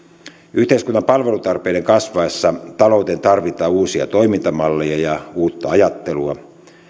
yhteiskunnan palvelutarpeiden kasvaessa talouteen tarvitaan uusia toimintamalleja ja uutta ajattelua